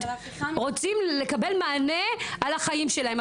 רוצים לקבל מענה על החיים שלהם,